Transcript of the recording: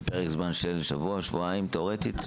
בפרק זמן של שבוע, שבועיים תיאורית?